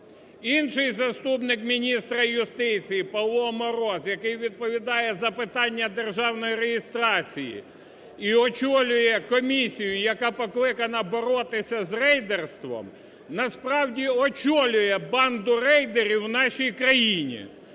Інший заступник міністра юстиції Павло Мороз, який відповідає за питання державної реєстрації і очолює комісію, яка покликана боротися з рейдерством, насправді очолює банду рейдерів в нашій країні.